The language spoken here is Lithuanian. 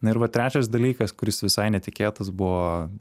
na ir va trečias dalykas kuris visai netikėtas buvo